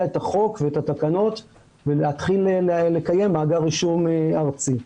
את החוק ואת התקנות ולהתחיל לקיים מאגר רישום ארצי.